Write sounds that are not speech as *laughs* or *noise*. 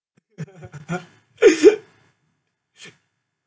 *laughs* *breath*